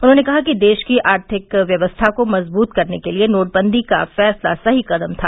उन्होंने कहा कि देश की आर्थिक व्यवस्था को मजबूत करने के लिए नोटबंदी का फैसला सही कदम था